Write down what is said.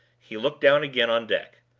he looked down again on deck.